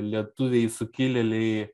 lietuviai sukilėliai